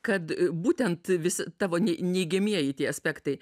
kad būtent visi tavo nei neigiamieji tie aspektai